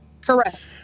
Correct